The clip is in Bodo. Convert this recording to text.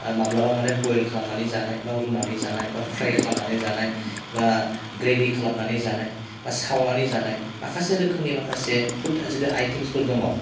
माब्लाबा मानि बयेल खालामनानै जानाय बा रुनानै जानाय बा प्राइ खालामनानै जानाय बा ग्रेभि खालामनानै जानाय बा सावनानै जानाय माखासे रोखोमनि माखासे फुड जिथु आइटेमफोर दङ